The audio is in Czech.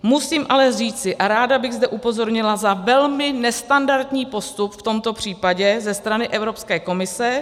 Musím ale říci, a ráda bych zde upozornila na velmi nestandardní postup v tomto případě ze strany Evropské komise.